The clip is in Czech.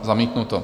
Zamítnuto.